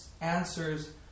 answers